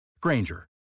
Granger